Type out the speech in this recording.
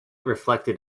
reflected